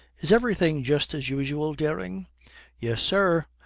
is everything just as usual, dering yes, sir.